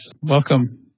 Welcome